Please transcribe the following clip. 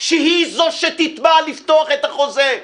שהיא זו שתתבע לפתוח את החוזה.